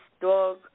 dog